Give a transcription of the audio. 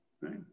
right